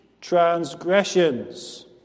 transgressions